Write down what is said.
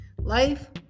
Life